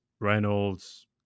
Reynolds